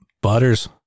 Butters